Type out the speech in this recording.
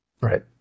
Right